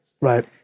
Right